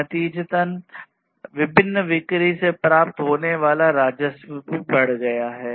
नतीजतन विभिन्न बिक्री से प्राप्त होने वाला राजस्व भी बढ़ गया है